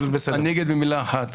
אני אגיד במילה אחת.